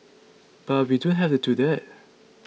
but we don't have to do that